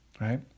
Right